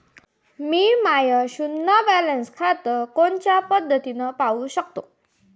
मी माय शुन्य बॅलन्स खातं कोनच्या पद्धतीनं पाहू शकतो?